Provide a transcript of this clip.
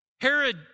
Herod